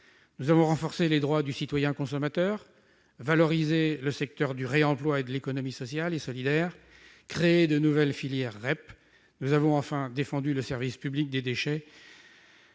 Nous avons renforcé les droits du citoyen consommateur, valorisé le secteur du réemploi et l'économie sociale et solidaire, créé de nouvelles filières REP. Nous avons enfin défendu le service public des déchets,